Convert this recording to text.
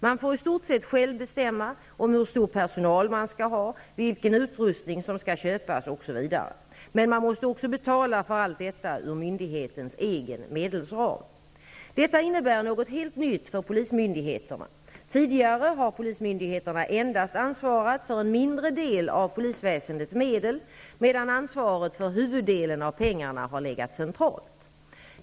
Man får i stort sett själv bestämma om hur stor personal man skall ha, vilken utrustning som skall köpas osv. Men man måste också betala för allt detta ur myndighetens egen medelsram. Detta innebär något helt nytt för polismyndigheterna. Tidigare har polismyndigheterna endast ansvarat för en mindre del av polisväsendets medel, medan ansvaret för huvuddelen av pengarna har legat centralt.